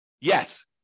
Yes